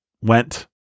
went